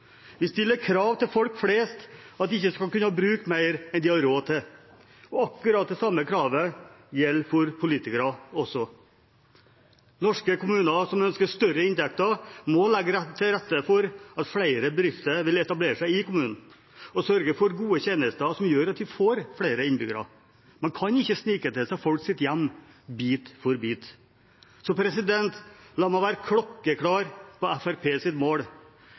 Vi stiller krav til folk flest om at de ikke skal bruke mer enn de har råd til. Akkurat det samme kravet gjelder også for politikere. Norske kommuner som ønsker større inntekter, må legge til rette for at flere bedrifter vil etablere seg i kommunen, og sørge for gode tjenester, som gjør at de får flere innbyggere. Man kan ikke snike til seg folks hjem bit for bit. La meg være klokkeklar på Fremskrittspartiets mål: